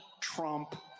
Trump